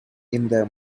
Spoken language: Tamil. இந்த